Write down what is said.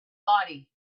body